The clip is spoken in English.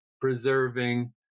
preserving